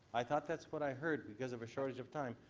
i thought that's what i heard because of a shortage of time,